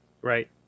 Right